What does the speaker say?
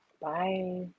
Bye